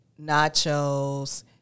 nachos